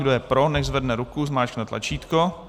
Kdo je pro, nechť zvedne ruku a zmáčkne tlačítko.